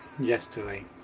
yesterday